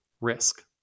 risk